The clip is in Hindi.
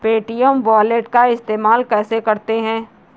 पे.टी.एम वॉलेट का इस्तेमाल कैसे करते हैं?